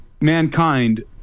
mankind